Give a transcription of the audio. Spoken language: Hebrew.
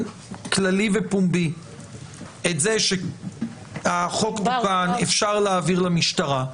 כללי ופומבי שהחוק תוקן ואפשר להעביר למשטרה.